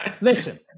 listen